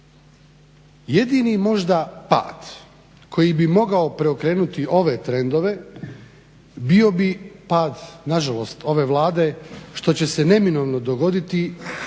Jedini možda pakt koji bi mogao preokrenuti ove trendove bio bi pad nažalost ove Vlade što će se neminovno dogoditi